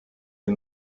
les